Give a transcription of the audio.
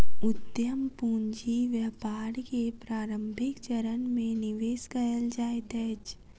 उद्यम पूंजी व्यापार के प्रारंभिक चरण में निवेश कयल जाइत अछि